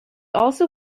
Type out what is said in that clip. also